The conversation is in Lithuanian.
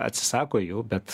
atsisako jau bet